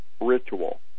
ritual